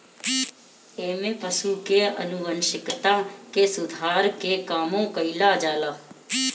एमे पशु के आनुवांशिकता के सुधार के कामो कईल जाला